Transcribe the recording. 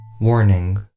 Warning